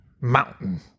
mountain